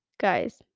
Guys